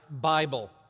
Bible